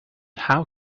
how